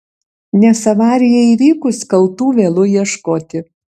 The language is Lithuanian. nes avarijai įvykus kaltų vėlu ieškoti